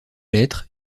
lettres